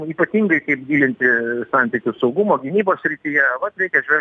ypatingai kaip gilinti santykius saugumo gynybos srityjevat reikia žvelgt